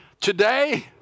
Today